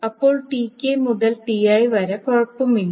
അപ്പോൾ Tk മുതൽ Ti വരെ കുഴപ്പമില്ല